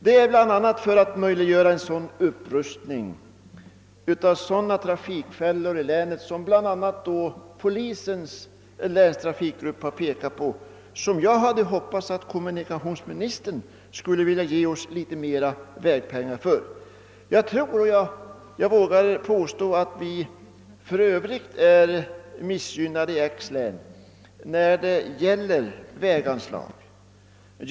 Jag hade hoppats att kommunikationsministern ville ge oss mer pengar för att rusta upp de vägar i länet, där det enligt polisens trafikgrupp existerar trafikfällor. Jag vågar påstå att vi är missgynnade i Gävleborgs län i fråga om väganslag.